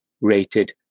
rated